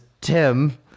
Tim